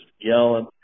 yelling